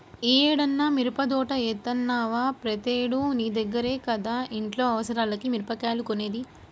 యీ ఏడన్నా మిరపదోట యేత్తన్నవా, ప్రతేడూ నీ దగ్గర కదా ఇంట్లో అవసరాలకి మిరగాయలు కొనేది